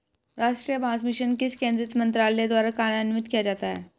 राष्ट्रीय बांस मिशन किस केंद्रीय मंत्रालय द्वारा कार्यान्वित किया जाता है?